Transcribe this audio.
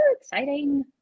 Exciting